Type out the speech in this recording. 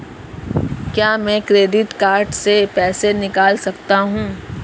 क्या मैं credit card से पैसे निकाल सकता हूँ?